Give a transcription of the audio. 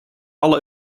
alle